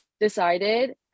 decided